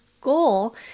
goal